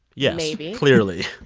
yeah maybe clearly.